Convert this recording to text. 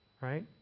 right